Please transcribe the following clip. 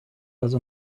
also